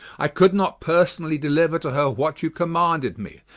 i could not personally deliuer to her what you commanded me,